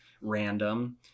random